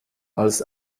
als